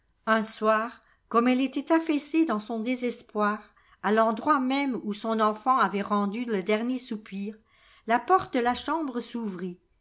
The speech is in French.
un soir comme elle était atfaissée dans son désespoir à l'endroit même où son enfant avait rendu le dernier soupir la porte de la chambre s'ouvrit